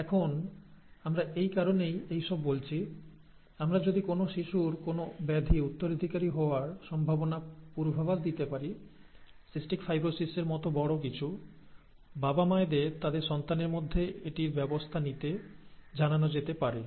এখন আমরা এই কারণেই এই সব বলেছি আমরা যদি কোনও শিশুর কোনও ব্যাধি উত্তরাধিকারী হওয়ার সম্ভাবনা পূর্বাভাস দিতে পারি সিস্টিক ফাইব্রোসিসের মত বড় কিছু বাবা মায়েদের তাদের সন্তানের মধ্যে এটির ব্যবস্থা নিতে জানানো যেতে পারে